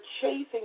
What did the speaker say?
chasing